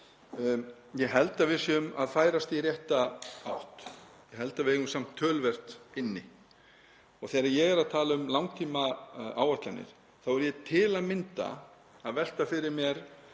Ég held að við séum að færast í rétta átt. Ég held að við eigum samt töluvert inni. Þegar ég er að tala um langtímaáætlanir þá er ég til að mynda að velta fyrir mér